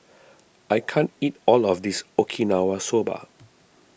I can't eat all of this Okinawa Soba